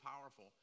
powerful